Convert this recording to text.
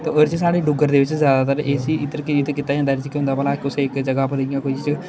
ते ओह्दे च साढ़े डुग्गर दे बिच्च जैदातर इस्सी इद्धर की कीता जंदा ऐ एह्दे च केह् होंदा ऐ भला कुसै इक जगह् उप्पर इ'यां कुछ